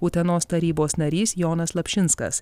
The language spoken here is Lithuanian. utenos tarybos narys jonas slapšinskas